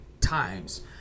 times